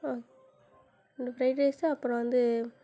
ஆ ரெண்டு fried rice அப்புறம் வந்து